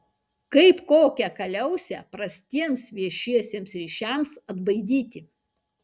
kaip kokią kaliausę prastiems viešiesiems ryšiams atbaidyti